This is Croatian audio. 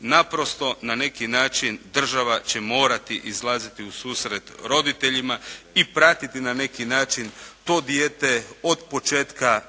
Naprosto na neki način država će morati izlaziti u susret roditeljima i pratiti na neki način to dijete od početka